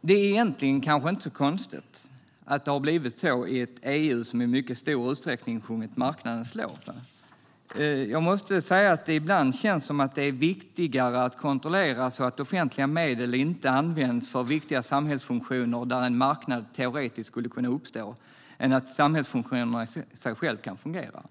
Det är kanske inte konstigt att det har blivit så i ett EU som i mycket stor utsträckning sjungit marknadens lov. Jag måste säga att det ibland känns som att det är viktigare att kontrollera att offentliga medel inte används för viktiga samhällsfunktioner där en marknad teoretiskt skulle kunna uppstå än att samhällsfunktionerna i sig själv kan fungera.